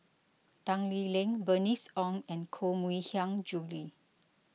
Tan Lee Leng Bernice Ong and Koh Mui Hiang Julie